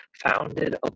founded